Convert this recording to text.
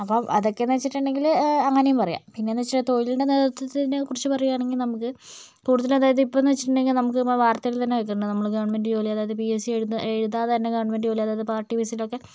അപ്പം അതൊക്കെയെന്ന് വെച്ചിട്ടുണ്ടെങ്കിൽ അങ്ങനെയും പറയാം പിന്നെയെന്ന് വെച്ചിട്ടുണ്ടെങ്കിൽ തൊഴിലിൻ്റെ നേതൃത്വത്തിനെ കുറിച്ച് പറയുകയാണെങ്കിൽ നമുക്ക് കൂടുതലും ഇപ്പോഴെന്ന് വെച്ചിട്ടുണ്ടെങ്കിൽ നമ്മൾ വാർത്തയിൽ തന്നെ കേൾക്കുന്നുണ്ട് അതായത് ഗവൺമെന്റ് ജോലി അതായത് പി എസ് സി എഴുതാതെ തന്നെ ഗവൺമെന്റ് ജോലി അതായത് പാർട്ടി ബേസിൽ ഒക്കെ